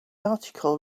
article